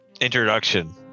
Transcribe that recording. introduction